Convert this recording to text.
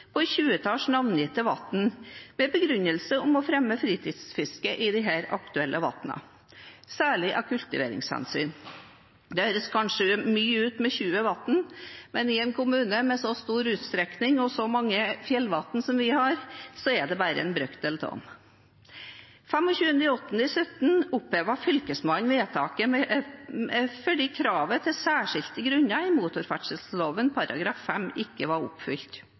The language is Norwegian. på et 20-talls navngitte vann, med begrunnelse om å fremme fritidsfiske i disse aktuelle vannene, særlig av kultiveringshensyn. Det høres kanskje mye ut med 20 vann, men i en kommune med så stor utstrekning og så mange fjellvann som vi har, er det bare en brøkdel av dem. Den 25. august 2017 opphevet Fylkesmannen vedtaket fordi kravet til «særlige grunner» i motorferdselloven § 5 ikke var oppfylt.